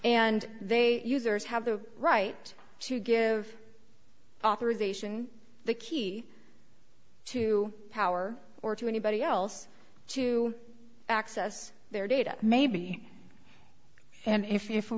and they users have the right to give authorization the key to power or to anybody else to access their data maybe and if you